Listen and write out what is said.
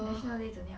national day 怎样